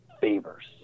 favors